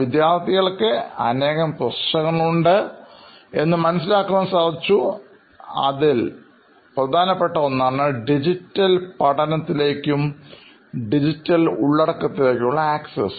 വിദ്യാർഥികൾ അഭിമുഖീകരിക്കുന്നതായി ഞങ്ങൾ തിരിച്ചറിഞ്ഞ കുറച്ചു പ്രശ്ന പ്രസ്താവനകളിൽ ഒന്നാണു ഡിജിറ്റൽ പഠനത്തിലേക്കും ഡിജിറ്റൽ ഉള്ളടക്കത്തിലേക്ക് ഉള്ള ആക്സസ്